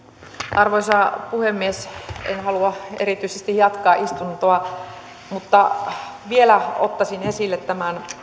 arvoisa puhemies en halua erityisesti jatkaa istuntoa mutta vielä ottaisin esille tämän